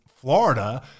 Florida